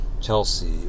Chelsea